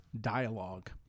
dialogue